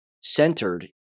centered